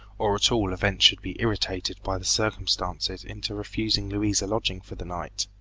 or at all events should be irritated by the circumstances into refusing louise a lodging for the night.